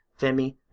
Femi